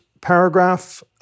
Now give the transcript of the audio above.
paragraph